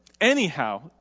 Anyhow